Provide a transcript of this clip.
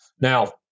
Now